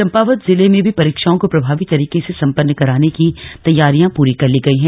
चम्पावत जिले में भी परीक्षाओं को प्रभावी तरीके से सम्पन्न कराने की तैयारियां पूरी कर ली गयी है